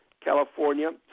California